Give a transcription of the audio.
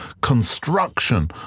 construction